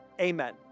amen